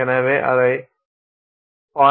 எனவே அதை 0